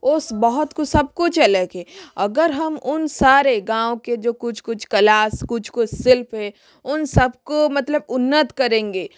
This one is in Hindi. वह सब बहुत कुछ सब कुछ अलग है अगर हम उन सारे गाँव के जो कुछ कुछ कला कुछ कुछ शिल्प है उन सबको मतलब उन्नत करेंगे